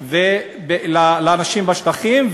לאנשים בשטחים.